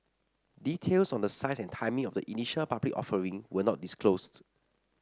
details on the size and timing of the initial public offering were not disclosed